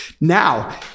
Now